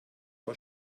war